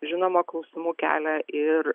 žinoma klausimų kelia ir